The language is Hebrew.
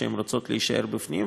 שהן רוצות להישאר בפנים.